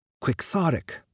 Quixotic